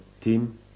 team